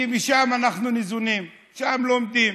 כי משם אנחנו ניזונים, שם לומדים.